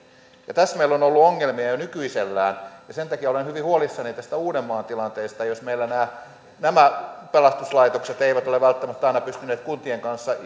tässä meillä on ollut ongelmia jo nykyisellään sen takia olen hyvin huolissani tästä uudenmaan tilanteesta jos meillä nämä nämä pelastuslaitokset eivät ole välttämättä aina pystyneet kuntien kanssa